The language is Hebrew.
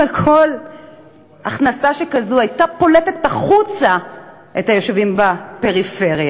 אבל כל הכנסה שכזאת הייתה פולטת החוצה את היישובים בפריפריה,